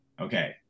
Okay